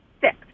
Six